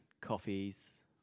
coffees